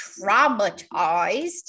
traumatized